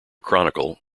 chronicle